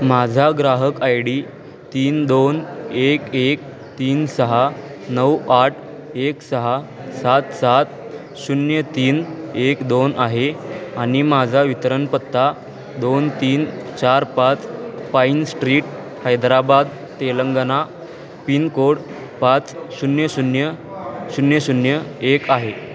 माझा ग्राहक I D तीन दोन एक एक तीन सहा नऊ आठ एक सहा सात सात शून्य तीन एक दोन आहे आणि माझा वितरण पत्ता दोन तीन चार पाच pine street Hyderabad Telangana pin code पाच शून्य शून्य शून्य शून्य एक आहे